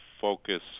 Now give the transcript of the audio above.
focus